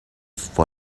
for